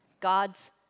God's